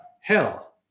hell